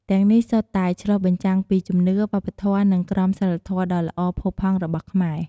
ទាំងនេះសុទ្ធតែឆ្លុះបញ្ចាំងពីជំនឿ វប្បធម៌ និងក្រមសីលធម៌ដ៏ល្អផូរផង់របស់ខ្មែរ។